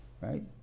right